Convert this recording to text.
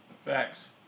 Facts